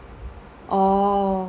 oh mm